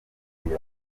yombi